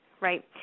right